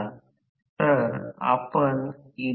आता F2 असे लिहिले F2 P ns n 20 नंतर अंश आणि भाजक Ns गुणा